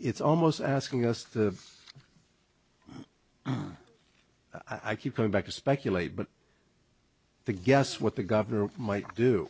it's almost asking us to i keep going back to speculate but to guess what the governor might do